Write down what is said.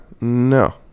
no